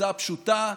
הצעה פשוטה,